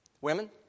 Women